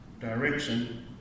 direction